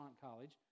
College